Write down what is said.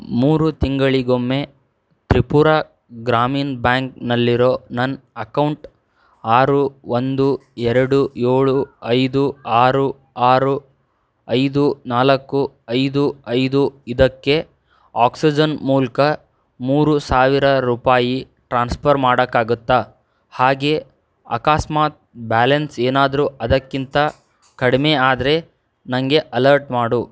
ಮೂರು ತಿಂಗಳಿಗೊಮ್ಮೆ ತ್ರಿಪುರ ಗ್ರಾಮೀನ್ ಬ್ಯಾಂಕ್ನಲ್ಲಿರೋ ನನ್ನ ಅಕೌಂಟ್ ಆರು ಒಂದು ಎರಡು ಏಳು ಐದು ಆರು ಆರು ಐದು ನಾಲ್ಕು ಐದು ಐದು ಇದಕ್ಕೆ ಆಕ್ಸಜನ್ ಮೂಲಕ ಮೂರು ಸಾವಿರ ರೂಪಾಯಿ ಟ್ರಾನ್ಸ್ಫರ್ ಮಾಡಕ್ಕಾಗುತ್ತಾ ಹಾಗೆ ಅಕಸ್ಮಾತ್ ಬ್ಯಾಲೆನ್ಸ್ ಏನಾದರೂ ಅದಕ್ಕಿಂತ ಕಡಿಮೆ ಆದರೆ ನನಗೆ ಅಲರ್ಟ್ ಮಾಡು